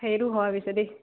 সেইটো হয় অৱশ্যে দেই